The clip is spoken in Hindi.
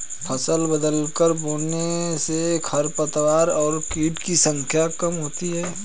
फसल बदलकर बोने से खरपतवार और कीट की संख्या कम होती है